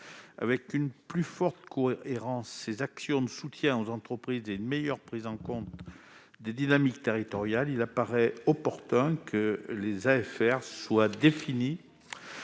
une plus forte cohérence de ces actions de soutien aux entreprises et une meilleure prise en compte des dynamiques territoriales, il apparaît opportun que les ZAFR soient définies